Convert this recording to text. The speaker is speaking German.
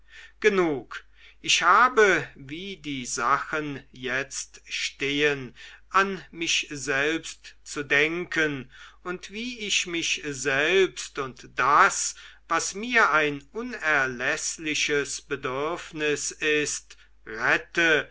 genug ich habe wie die sachen jetzt stehen an mich selbst zu denken und wie ich mich selbst und das was mir ein unerläßliches bedürfnis ist rette